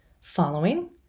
Following